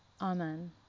Amen